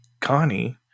Connie